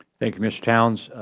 thank you, mr. towns.